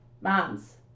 Moms